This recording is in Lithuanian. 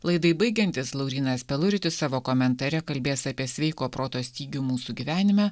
laidai baigiantis laurynas peluritis savo komentare kalbės apie sveiko proto stygių mūsų gyvenime